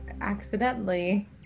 accidentally